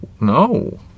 no